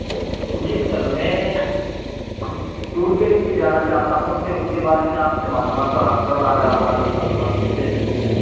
سر جی سر میں ٹور کے لیے جانا چاہتا ہوں تو اس کے بارے میں آپ سے معلومات فراہم کرنا اگر آپ ہماری معلومات میں کچھ دے سکتے ہیں تو